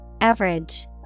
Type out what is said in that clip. Average